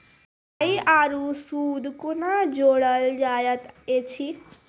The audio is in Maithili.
ई.एम.आई आरू सूद कूना जोड़लऽ जायत ऐछि?